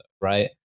Right